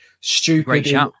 stupid